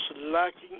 lacking